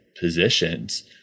positions